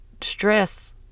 stress